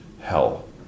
hell